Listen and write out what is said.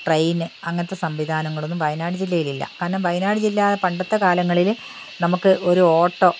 train അങ്ങനത്തെ സംവിധാങ്ങളൊന്നും വയനാട് ജില്ലയിലില്ല കാരണം വയനാട് ജില്ല പണ്ടത്തെ കാലങ്ങളിൽ നമുക്ക് ഒരു ഓട്ടോ